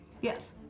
Yes